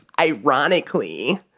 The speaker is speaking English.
ironically